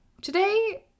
today